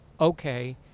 okay